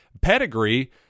pedigree